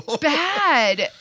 Bad